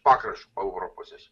pakraščiu europos esi